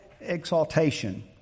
exaltation